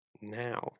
now